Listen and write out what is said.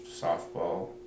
softball